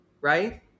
right